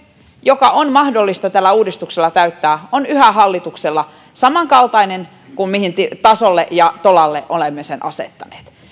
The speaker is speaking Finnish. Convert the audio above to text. joka on mahdollista tällä uudistuksella täyttää on hallituksella yhä samankaltainen kuin mille tasolle ja tolalle olemme sen asettaneet